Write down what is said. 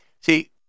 See